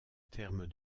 termes